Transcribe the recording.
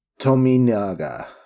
Tominaga